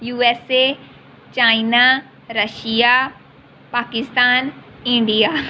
you S A China Russia Pakistan India